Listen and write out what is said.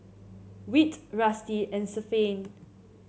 Whit Rusty and Stephaine